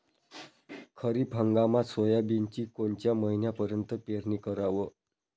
खरीप हंगामात सोयाबीनची कोनच्या महिन्यापर्यंत पेरनी कराव?